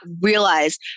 realize